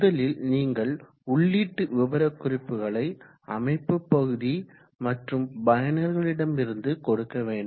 முதலில் நீங்கள் உள்ளீட்டு விவரக்குறிப்புகளை அமைப்பு பகுதி மற்றும் பயனர்களிடமிருந்து இருந்து கொடுக்க வேண்டும்